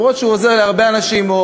גם אם הוא עוזר להרבה אנשים,